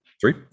Three